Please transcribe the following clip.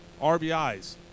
RBIs